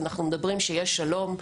אנחנו מדברים שיהיה שלום,